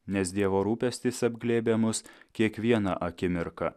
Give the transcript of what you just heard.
nes dievo rūpestis apglėbia mus kiekvieną akimirką